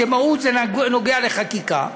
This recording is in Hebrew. ומהות זה נוגע לחקיקה,